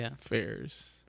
fairs